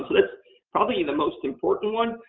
that's probably the most important one.